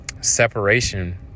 separation